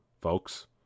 folks